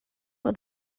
for